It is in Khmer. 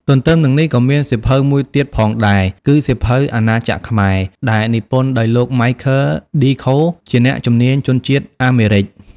ទន្ទឹមនឹងនេះក៏មានសៀវភៅមួយទៀតផងដែរ គឺ សៀវភៅ អាណាចក្រខ្មែរ ដែលនិពន្ធដោយលោក ម៉ៃឃើល ឌី ខូ Michael D. Coe ជាអ្នកជំនាញជនជាតិអាមេរិក។